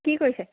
কি কৰিছে